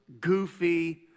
Goofy